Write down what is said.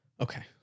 okay